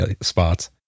spots